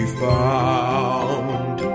found